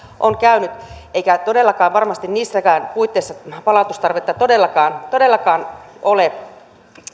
on käynyt eikä todellakaan varmasti niissäkään puitteissa palautustarvetta todellakaan todellakaan ole